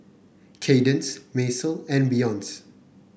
Kaydence Macel and Beyonce